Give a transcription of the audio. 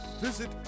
visit